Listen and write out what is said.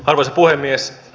arvoisa puhemies